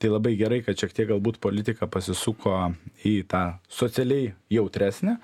tai labai gerai kad šiek tiek galbūt politika pasisuko į tą socialiai jautresnę